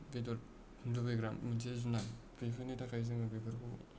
बेदर लुबैग्रा मोनसे जुनार बेफोरनि थाखाय जोङो बेफोरखौ